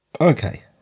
Okay